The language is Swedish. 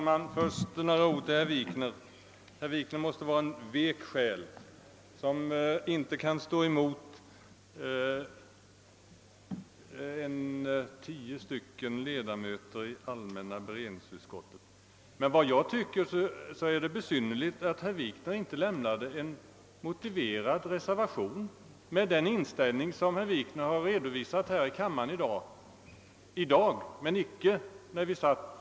Herr talman! Herr Wikner måste vara en vek själ som inte kan stå emot 15 ledamöter i allmänna beredningsutskottet. Med den inställning herr Wikner har redovisat i kammaren i dag — i utskottet redovisade han den inte — förvånar det mig att herr Wikner inte avgav en motiverad reservation.